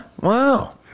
Wow